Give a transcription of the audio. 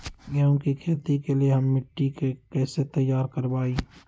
गेंहू की खेती के लिए हम मिट्टी के कैसे तैयार करवाई?